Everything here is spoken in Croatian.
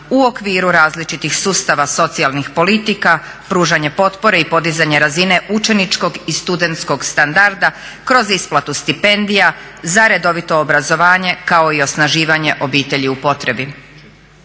u okviru različitih sustava socijalnih politika, pružanje potpore i podizanje razine učeničkog i studenskog standarda kroz isplatu stipendija za redovito obrazovanje kao i osnaživanje obitelji u potrebi.